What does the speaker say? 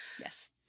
Yes